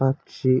పక్షి